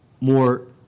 more